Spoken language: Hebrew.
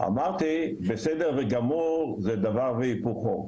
אמרתי בסדר גמור זה דבר והיפוכו,